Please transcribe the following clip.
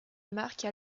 marque